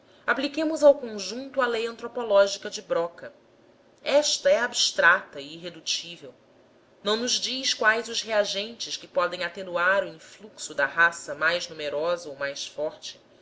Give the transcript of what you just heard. apliquemos ao conjunto a lei antropológica de broca esta é abstrata e irredutível não nos diz quais os reagentes que podem atenuar o influxo da raça mais numerosa ou mais forte